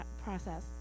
process